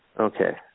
Okay